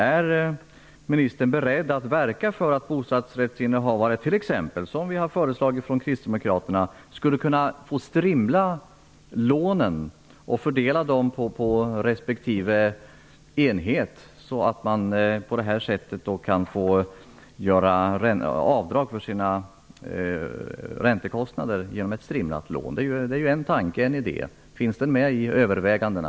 Är ministern beredd att verka för att bostadsrättsinnehavare t.ex., som vi från Kristdemokraterna har föreslagit, skulle få "strimla" lånen, fördela dem på respektive enhet och göra avdrag för sina räntekostnader? Det är en idé. Finns den med i övervägandena?